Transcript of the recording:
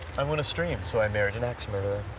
i'm going to stream so i married an axe murderer.